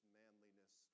manliness